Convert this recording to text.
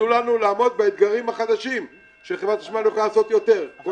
ותנו לנו לעמוד באתגרים החדשים כשחברת החשמל יכולה לעשות יותר.